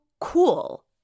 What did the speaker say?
cool